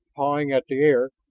pawing at the air,